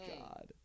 God